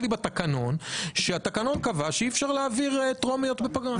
לי בתקנון שהתקנון קבע שאי-אפשר להעביר טרומיות בפגרה.